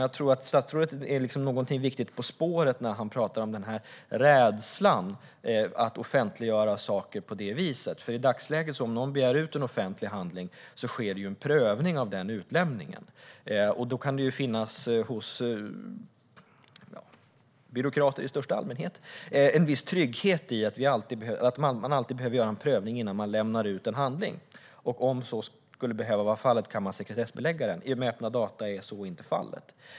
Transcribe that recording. Jag tror att statsrådet är något viktigt på spåret när han talar om rädslan att offentliggöra saker på det viset. I dagsläget när någon begär ut en offentlig handling sker det ju en prövning av utlämningen, och då kan det hos byråkrater i största allmänhet finnas en viss trygghet i att man alltid behöver göra en prövning innan man lämnar ut en handling eller, om man behöver, sekretessbelägger den. Så är inte fallet med öppna data.